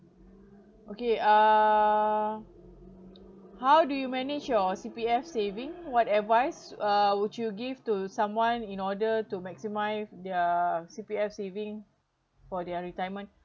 okay err how do you manage your C_P_F saving what advice uh would you give to someone in order to maximise their C_P_F saving for their retirement